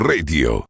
Radio